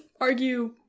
argue